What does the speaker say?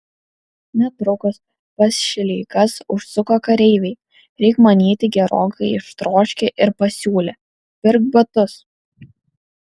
netrukus pas šileikas užsuko kareiviai reik manyti gerokai ištroškę ir pasiūlė pirk batus